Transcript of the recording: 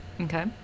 Okay